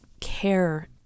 care